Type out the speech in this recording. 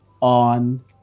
on